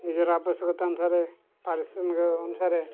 ନିଜର ଆବଶ୍ୟକତା ଅନୁସାରରେ ପାରିଶ୍ରମିକ ଅନୁସାରରେ